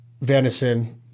venison